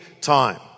time